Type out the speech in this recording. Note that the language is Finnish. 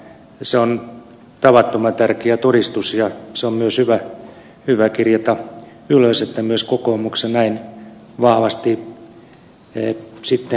se on tavattoman tärkeä todistus ja se on myös hyvä kirjata ylös että myös kokoomuksessa näin vahvasti nähdään